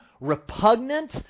repugnant